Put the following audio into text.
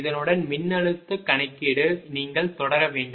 இதனுடன் மின்னழுத்த கணக்கீடு நீங்கள் தொடர வேண்டும்